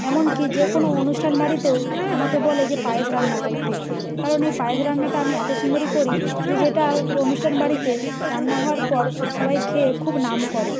এমনকি যে কোনো অনুষ্ঠান বাড়িতেও আমাকে বলে যে পায়েস রান্না করতে কারণ এই পায়েস রান্নাটা আমি এত সুন্দরই করি যে যেটা অনুষ্ঠান বাড়িতে রান্না হওয়ার পর সবাই খেয়ে খুব নাম করে